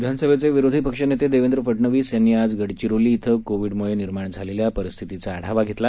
विधान सभेचे विरोधी पक्षनेते देवेंद्र फडनवीस यांनी आज गडचिरोली इथं कोविडमुळे निर्माण झालेल्या परिस्थितीचा आढावा घेतला